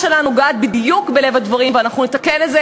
תקראי,